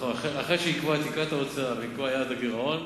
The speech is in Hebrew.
אחרי שייקבעו תקרת ההוצאה ויעד הגירעון,